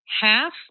half